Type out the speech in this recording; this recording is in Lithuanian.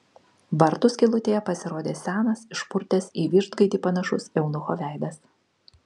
vartų skylutėje pasirodė senas išpurtęs į vištgaidį panašus eunucho veidas